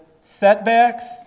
setbacks